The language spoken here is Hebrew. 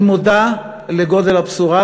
אני מודע לגודל הבשורה,